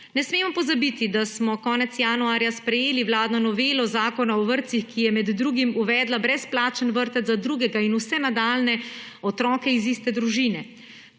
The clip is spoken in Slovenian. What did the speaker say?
Ne smemo pozabiti, da smo konec januarja sprejeli vladno novelo Zakona o vrtcih, ki je med drugim uvedla brezplačen vrtec za drugega in vse nadaljnje otroke iz iste družine.